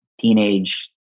teenage